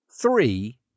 three